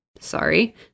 sorry